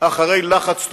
אחרי לחץ טורקי.